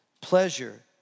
Pleasure